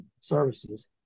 services